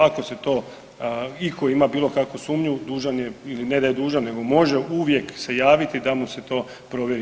Ako se to itko ima bilo kakvu sumnju dužan je ili ne da je dužan nego može uvijek se javiti da mu se to provjeri.